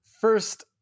First